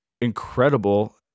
incredible